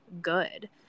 good